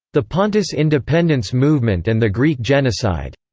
the pontus independence movement and the greek genocide,